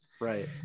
Right